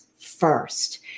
first